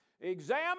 Examine